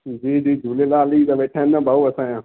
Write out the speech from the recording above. जी जी झूलेलाल ई त वेठा आहिनि न भाऊ असांजा